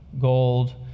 gold